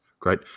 Great